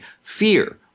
fear